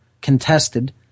contested